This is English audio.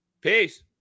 Peace